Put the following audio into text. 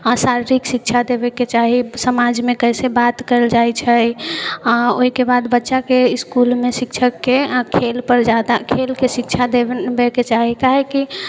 आओर शारीरिक शिक्षा देबैके चाही समाजमे कइसे बात करल जाइ छै आओर ओहिके बाद बच्चाके इसकुलमे शिक्षकके खेलपर ज्यादा खेलके शिक्षा देबेलऽ देबैके चाही कियाकि